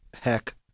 heck